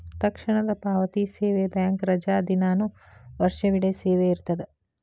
ತಕ್ಷಣದ ಪಾವತಿ ಸೇವೆ ಬ್ಯಾಂಕ್ ರಜಾದಿನಾನು ವರ್ಷವಿಡೇ ಸೇವೆ ಇರ್ತದ